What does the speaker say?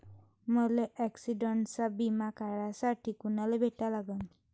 मले ॲक्सिडंटचा बिमा काढासाठी कुनाले भेटा लागन?